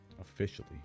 officially